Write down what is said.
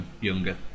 younger